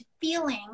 feeling